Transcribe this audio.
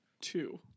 Two